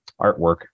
artwork